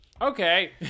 Okay